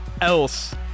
else